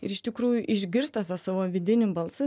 ir iš tikrųjų išgirsta tą savo vidinį balsą